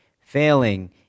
Failing